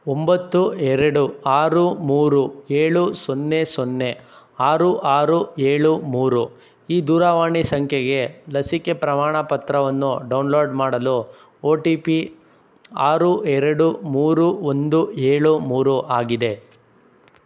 ಒಂಬತ್ತು ಎರಡು ಆರು ಮೂರು ಏಳು ಸೊನ್ನೆ ಸೊನ್ನೆ ಆರು ಆರು ಏಳು ಮೂರು ಈ ದೂರವಾಣಿ ಸಂಖ್ಯೆಗೆ ಲಸಿಕೆ ಪ್ರಮಾಣಪತ್ರವನ್ನು ಡೌನ್ಲೋಡ್ ಮಾಡಲು ಒ ಟಿ ಪಿ ಆರು ಎರಡು ಮೂರು ಒಂದು ಏಳು ಮೂರು ಆಗಿದೆ